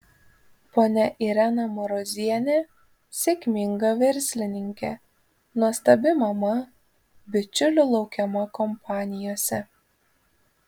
ponia irena marozienė sėkminga verslininkė nuostabi mama bičiulių laukiama kompanijose